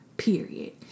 Period